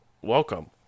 Welcome